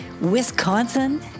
Wisconsin